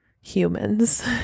humans